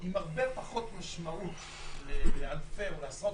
עם הרבה פחות משמעות לאלפי או לעשרות